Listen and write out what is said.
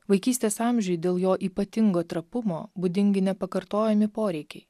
vaikystės amžiui dėl jo ypatingo trapumo būdingi nepakartojami poreikiai